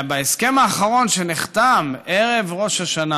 בהסכם האחרון שנחתם ערב ראש השנה